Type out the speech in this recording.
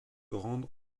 rendre